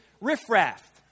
riffraff